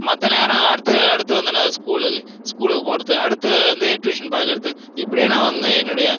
மற்ற நேரம் அடுத்த அடுத்து வந்து என்ன ஸ்கூல் ஸ்கூலுக்கு போகிறது அடுத்து வந்து டியூஷன் பார்க்குறது இப்படியே நான் வந்து என்னுடைய